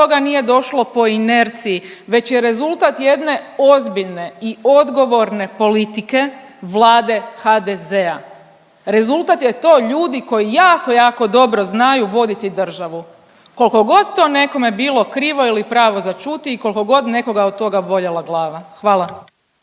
nije došlo po inerciji već je rezultat jedne ozbiljne i odgovorne politike vlade HDZ-a, rezultat je to ljudi koji jako, jako dobro znaju voditi državu, koliko god to nekome bilo krivo ili pravo za čuti i koliko god nekoga od toga boljela glava. Hvala.